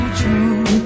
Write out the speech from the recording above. true